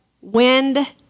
wind